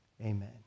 Amen